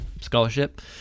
scholarship